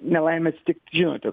nelaimė atsitikt žinote